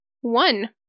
one